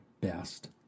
best